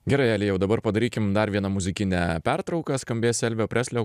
gerai elijau dabar padarykim dar vieną muzikinę pertrauką skambės elvio preslio